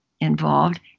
involved